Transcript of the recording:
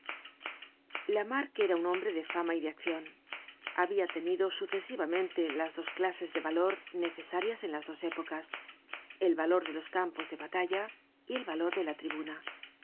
lamarque lamarque era un hombre de fama y de accion habia tenido sucesivamente las dos clases de valor necesarias en las dos épocas el valor de los campos de batalla y el valor de la tribuna